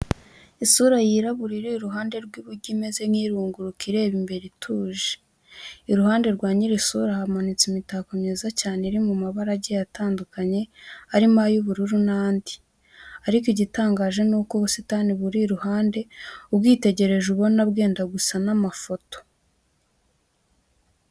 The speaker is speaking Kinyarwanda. Isura yirabura iri iruhande rw'iburyo imeze nkirunguruka urube imbere ituje. Iruhande rwa nyiri sura hamanitse imitako myiza cyane iri mu mabara agiye atandukanye arimo ay'ubururu n'andi ariko igitangaje nuko ubusitani buri iruhande ubwitegereje ubona bwenda gusa n'amafoto,